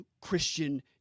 Christian